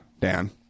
dan